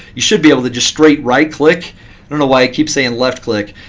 you should be able to just straight right click i don't know why i keep saying left click.